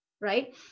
right